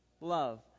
Love